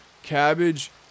cabbage